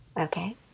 Okay